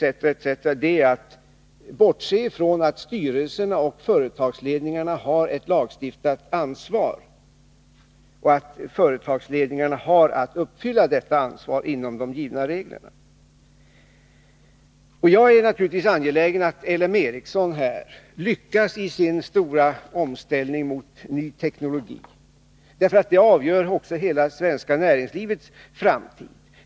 innebär att bortse från att styrelserna och företagsledningarna har ett lagstadgat ansvar och att de har att uppfylla detta ansvar inom de givna reglerna. Jag är naturligtvis angelägen om att L M Ericsson här lyckas i sin stora omställning mot ny teknologi — det avgör också hela det svenska näringslivets framtid.